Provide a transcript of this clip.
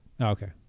Okay